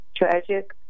tragic